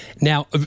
Now